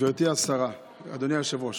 גברתי השרה, אדוני היושב-ראש,